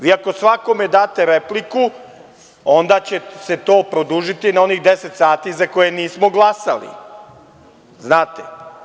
Vi ako svakome date repliku, onda će se to produžiti na onih 10 sati za koje nismo glasali, znate?